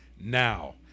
Now